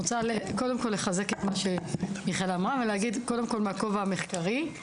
אני רוצה לחזק את מה שמיכל אמרה ולהגיד קודם כל בכובע המחקרי.